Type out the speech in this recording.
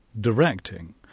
directing